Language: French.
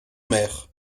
mer